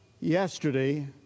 Yesterday